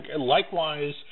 Likewise